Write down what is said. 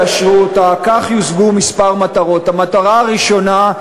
אם תאשרו אותה יושגו כמה מטרות: המטרה הראשונה,